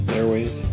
Airways